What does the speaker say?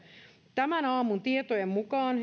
tämän aamun tietojen mukaan